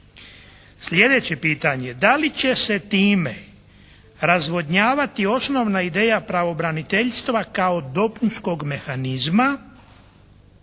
Sljedeće pitanje. Da li će se time razvodnjavati osnovna ideja pravobraniteljstva kao dopunskog mehanizma